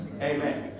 Amen